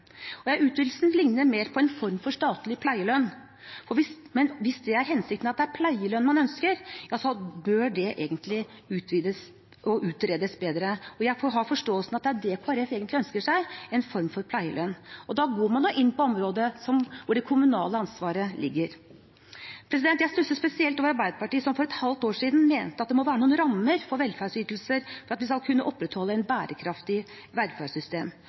mener jeg kommer i konflikt med at pleiepenger skal være en midlertidig kompensasjon for bortfall av arbeidsinntekt for yrkesaktive foreldre. Utvidelsen ligner mer på en form for statlig pleielønn, men hvis dette er hensikten, og at det er pleielønn man ønsker, bør det utredes bedre. Jeg har forståelsen av at det er det Kristelig Folkeparti egentlig ønsker seg: en form for pleielønn. Da går man inn på området hvor det kommunale ansvaret ligger. Jeg stusser spesielt over Arbeiderpartiet, som for et halvt år siden mente at det må være noen rammer for velferdsytelser for at vi skal kunne opprettholde et bærekraftig velferdssystem.